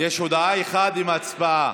יש הודעה אחת עם הצבעה.